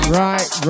right